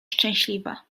szczęśliwa